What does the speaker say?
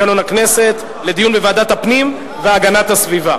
לדיון מוקדם בוועדת הפנים והגנת הסביבה